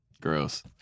gross